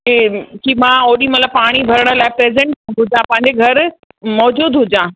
कि मां ओॾी महिल पाणी भरण लाइ प्रेजेंट हुजां पंहिंजे घर मौजूदु हुजां